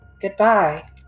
Goodbye